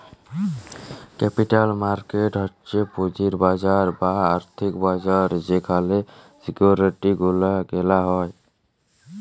capital market হচ্ছ পুঁজির বাজার বা আর্থিক বাজার যেখালে সিকিউরিটি গুলা কেলা হ্যয়